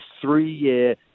three-year